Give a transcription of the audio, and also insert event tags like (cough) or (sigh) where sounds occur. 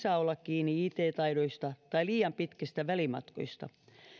(unintelligible) saa olla kiinni it taidoista tai liian pitkistä välimatkoista